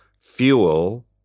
fuel